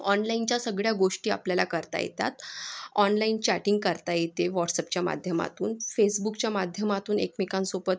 ऑनलाईनच्या सगळया गोष्टी आपल्याला करता येतात ऑनलाईन चॅटिंग करता येते व्हॉटस्अपच्या माध्यमातून फेसबुकच्या माध्यमातून एकमेकांसोबत